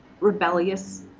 rebellious